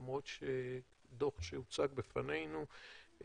למרות שדוח שהוצג בפנינו,